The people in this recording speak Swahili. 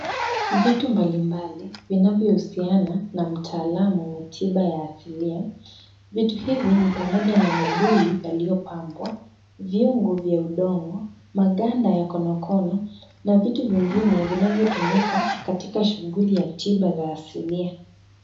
Vitu mbalimbali vinavyohusiana na mtaalam wa tiba ya asilia . Vitu hivi ni pamoja na mabuyu yaliyo pambwa, viungo vya udongo, maganda ya konokono na vitu vingine vinavyotumika katika shughuli ya tiba za asilia.